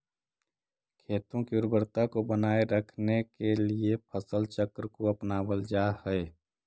खेतों की उर्वरता को बनाए रखने के लिए फसल चक्र को अपनावल जा हई